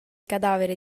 cadavere